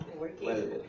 working